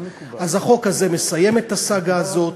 אז החוק הזה מסיים את הסאגה הזאת,